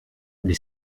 the